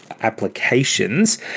applications